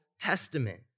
Testament